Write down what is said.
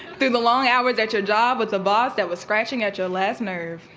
through the longs hours at your job with the boss that was scratching at your last nerve,